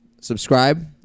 subscribe